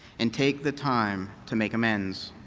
and take the time to make amends,